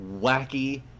wacky